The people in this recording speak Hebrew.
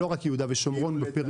לא רק ביהודה ושומרון, גם בפריפריה.